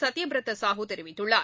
சத்யபிரதாசாஹூ தெரிவித்துள்ளார்